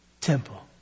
temple